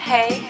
Hey